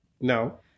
No